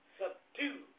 subdue